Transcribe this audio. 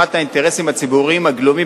ולהגשמת האינטרסים הציבוריים הגלומים